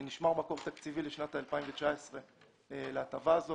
נשמר מקור תקציבי לשנת 2019 להטבה הזאת.